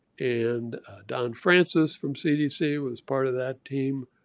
and don francis from cdc was part of that team.